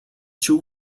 two